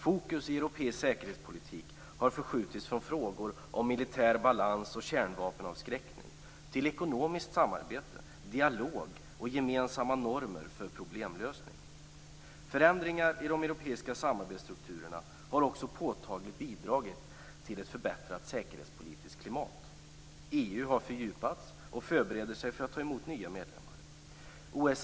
Fokus i europeisk säkerhetspolitik har förskjutits från frågor om militär balans och kärnvapenavskräckning till ekonomiskt samarbete, dialog och gemensamma normer för problemlösning. Förändringar i de europeiska samarbetsstrukturerna har också påtagligt bidragit till ett förbättrat säkerhetspolitiskt klimat. EU har fördjupats och förbereder sig för att ta emot nya medlemmar.